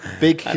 big